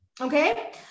Okay